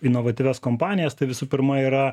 inovatyvias kompanijas tai visų pirma yra